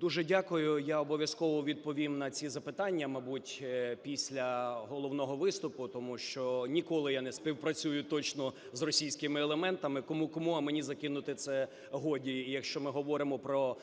Дуже дякую. Я обов'язково відповім на ці запитання, мабуть, після головного виступу, тому що ніколи я не співпрацюю точно з російськими елементами, кому-кому, а мене закинути це годі. Якщо ми говоримо про